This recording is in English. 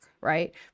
right